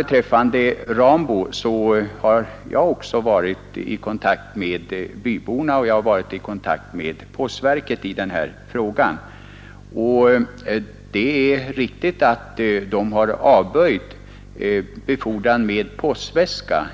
Beträffande Rambo har jag också varit i kontakt med byborna och postverket. Det är riktigt att byborna avböjt befordran med postväska